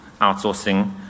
outsourcing